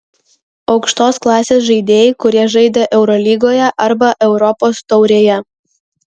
aukštos klasės žaidėjai kurie žaidė eurolygoje arba europos taurėje